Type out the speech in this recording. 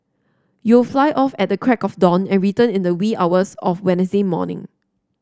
you'll fly off at the crack of dawn and return in the wee hours of Wednesday morning